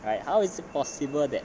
right how is it possible that